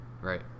right